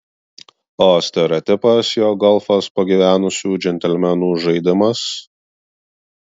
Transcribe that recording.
o stereotipas jog golfas pagyvenusių džentelmenų žaidimas